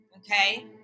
Okay